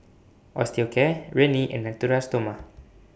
Osteocare Rene and Natura Stoma